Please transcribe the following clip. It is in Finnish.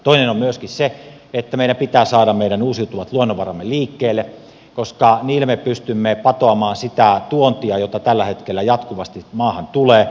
toinen on myöskin se että meidän pitää saada meidän uusiutuvat luonnonvaramme liikkeelle koska niillä me pystymme patoamaan sitä tuontia jota tällä hetkellä jatkuvasti maahan tulee